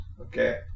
Okay